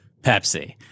Pepsi